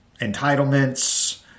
entitlements